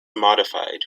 modified